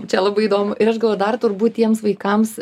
čia labai įdomu ir aš galvoju dar turbūt tiems vaikams